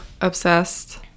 obsessed